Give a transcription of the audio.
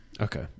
Okay